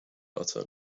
butter